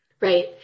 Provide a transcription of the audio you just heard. Right